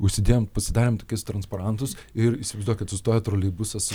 užsidėjom pasidarėm tokius transparantus ir įsivaizduokit sustoja troleibusas